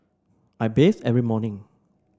I bathe every morning